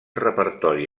repertori